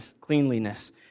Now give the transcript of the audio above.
cleanliness